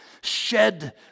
shed